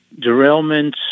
Derailments